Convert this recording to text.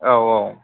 औ औ